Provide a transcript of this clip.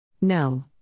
No